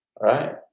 right